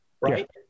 Right